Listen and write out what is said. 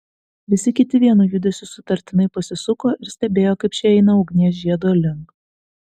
visi kiti vienu judesiu sutartinai pasisuko ir stebėjo kaip šie eina ugnies žiedo link